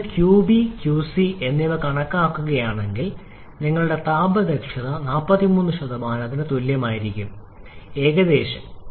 നിങ്ങൾ qB qC എന്നിവ കണക്കാക്കുകയാണെങ്കിൽ നിങ്ങളുടെ താപ ദക്ഷത 43 ന് തുല്യമായിരിക്കും ഏകദേശം